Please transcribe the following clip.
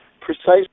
precisely